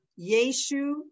Yeshu